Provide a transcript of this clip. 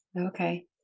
Okay